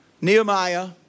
Nehemiah